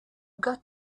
got